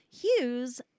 Hughes